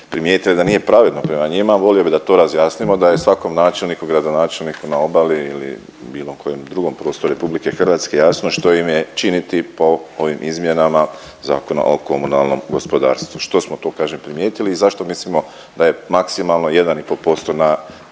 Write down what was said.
primijetile da nije pravedno prema njima, volio bi da to razjasnimo, da je svakom načelniku, gradonačelniku na obali ili bilo kojem drugom prostoru RH jasno što im je činiti po ovim izmjenama Zakona o komunalnom gospodarstvu, što smo to kažem primijetili i zašto mislimo da je maksimalno 1,5% na